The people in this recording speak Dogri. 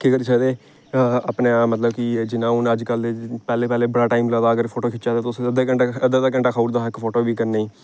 केह् करी सकदे अपने मतलब कि जियां हून अज्जकल दे पैह्लें पैह्ले बड़ा टाइम लगदा हा अगर फोटो खिच्चै दे तुस अद्धा घैंटा अद्धा अद्धा घैंटा खाई ओड़दा हा इक इक फोटो गी करने गी